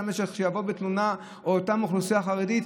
שיבוא בתלונה על אותה אוכלוסייה חרדית,